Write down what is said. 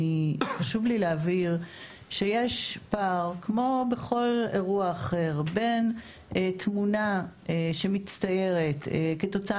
חשוב לי להבהיר שיש פער כמו בכל אירוע אחר בין תמונה שמצטיירת כתוצאה